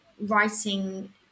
writing